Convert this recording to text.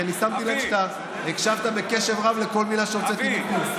כי אני שמתי לב שאתה הקשבת בקשב רב לכל מילה שהוצאתי מפי.